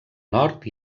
nord